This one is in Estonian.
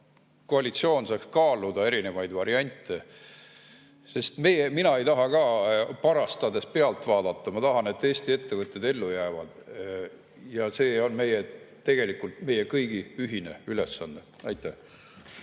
koalitsioon saaks kaaluda erinevaid variante. Mina ei taha parastades pealt vaadata, ma tahan, et Eesti ettevõtted ellu jäävad. Ja see on tegelikult meie kõigi ühine ülesanne. Aitäh!